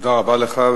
תודה רבה לך.